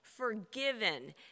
Forgiven